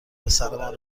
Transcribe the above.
پسرمان